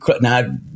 now